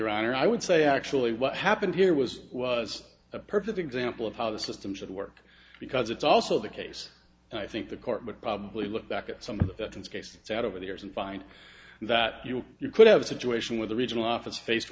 honor i would say actually what happened here was was a perfect example of how the system should work because it's also the case and i think the court would probably look back at some cases out over the years and find that you could have a situation where the regional office faced